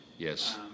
Yes